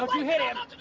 you hit and